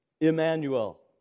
Emmanuel